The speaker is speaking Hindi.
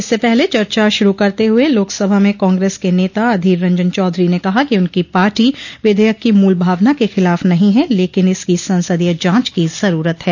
इससे पहले चर्चा शुरू करते हुए लोकसभा में कांग्रेस के नेता अधीर रंजन चौधरी ने कहा कि उनको पार्टी विधेयक की मूल भावना के खिलाफ नहीं है लेकिन इसकी संसदीय जांच की जरूरत है